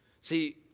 See